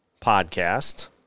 podcast